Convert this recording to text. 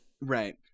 Right